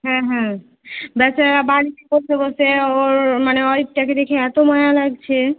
হ্যাঁ হ্যাঁ বেচারারা বাড়িতে বসে বসে ওর মানে ওয়াইফটাকে দেখে এত মায়া লাগছে